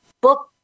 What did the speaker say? book